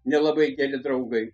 nelabai geri draugai